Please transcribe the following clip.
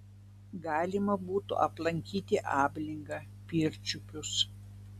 galima būtų aplankyti ablingą pirčiupius